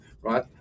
right